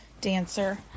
dancer